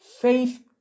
Faith